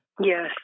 Yes